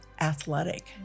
athletic